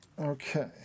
Okay